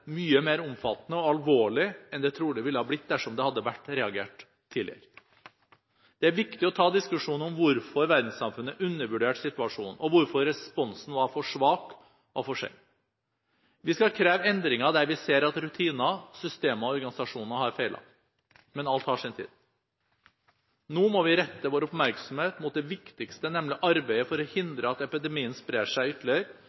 mye mer omfattende og alvorlig enn det trolig ville blitt dersom det hadde vært reagert tidligere. Det er viktig å ta diskusjonen om hvorfor verdenssamfunnet undervurderte situasjonen, og hvorfor responsen var for svak og for sen. Vi skal kreve endringer der vi ser at rutiner, systemer og organisasjoner har feilet. Men alt til sin tid. Nå må vi rette vår oppmerksomhet mot det viktigste, nemlig arbeidet for å hindre at epidemien sprer seg ytterligere,